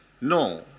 No